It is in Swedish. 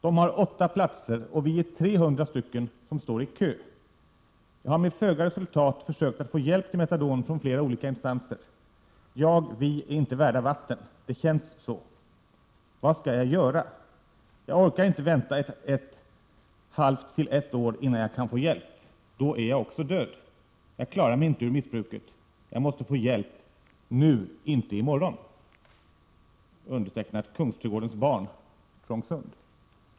De har åtta platser och vi är 300 stycken som står i kö. Jag har med föga resultat försökt att få hjälp till metadon från flera olika instanser. Jag/vi är inte värda vatten. Det känns så. Vad ska jag göra? Jag orkar inte vänta ett halvt till ett år innan jag kan få hjälp. Då är jag också död. Jag klarar mig inte ur missbruket. Jag måste få hjälp. Nu, inte i morgon.